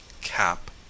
cap